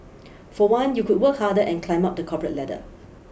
for one you could work harder and climb up the corporate ladder